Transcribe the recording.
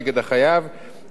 כגון עיקול כספים,